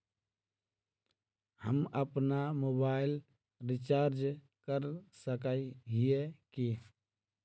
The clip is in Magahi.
हम अपना मोबाईल रिचार्ज कर सकय हिये की?